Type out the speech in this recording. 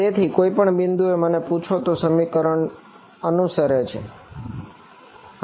તેથી કોઈપણ બિંદુએ તમે મને પૂછો તો આ સમીકરણ અનુસારે છે બરાબર